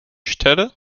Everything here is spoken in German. stelle